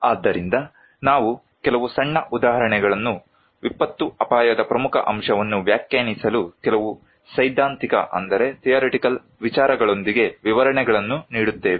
ಆದ್ದರಿಂದ ನಾವು ಕೆಲವು ಸಣ್ಣ ಉದಾಹರಣೆಗಳನ್ನು ವಿಪತ್ತು ಅಪಾಯದ ಪ್ರಮುಖ ಅಂಶವನ್ನು ವ್ಯಾಖ್ಯಾನಿಸಲು ಕೆಲವು ಸೈದ್ಧಾಂತಿಕ ವಿಚಾರಗಳೊಂದಿಗೆ ವಿವರಣೆಗಳನ್ನು ನೀಡುತ್ತೇವೆ